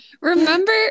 remember